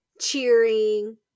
cheering